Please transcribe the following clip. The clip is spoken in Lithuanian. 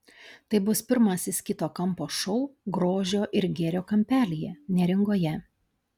tai bus pirmasis kito kampo šou grožio ir gėrio kampelyje neringoje